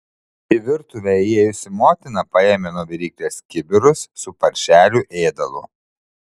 į virtuvę įėjusi motina paėmė nuo viryklės kibirus su paršelių ėdalu